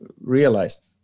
realized